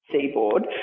seaboard